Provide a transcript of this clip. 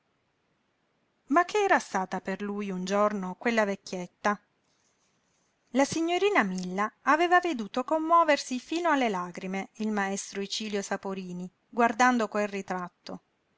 ma che era stata per lui un giorno quella vecchietta la signorina milla aveva veduto commuoversi fino alle lagrime il maestro icilio saporini guardando quel ritratto